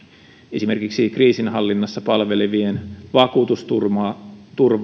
esimerkiksi kriisinhallinnassa palvelevien vakuutusturvaa